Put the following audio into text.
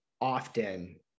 often